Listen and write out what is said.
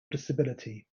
disability